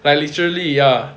like literally ya